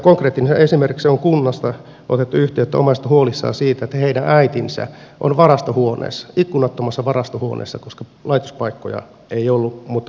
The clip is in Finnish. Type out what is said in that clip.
siellä konkreettisesti esimerkiksi on kunnasta otettu yhteyttä omaiset ovat huolissaan siitä että heidän äitinsä on varastohuoneessa ikkunattomassa varastohuoneessa koska laitospaikkoja ei ollut mutta kuitenkin tarve on